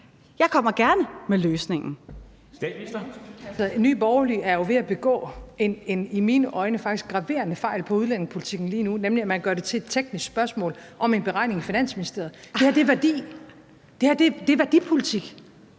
Jeg kommer gerne med løsningen.